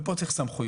ופה צריך סמכויות.